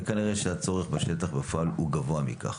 וכנראה שהצורך בשטח, בפועל, הוא גבוה מכך.